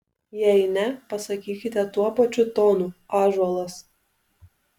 jei ne pasakykite tuo pačiu tonu ąžuolas